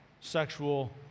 sexual